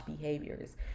behaviors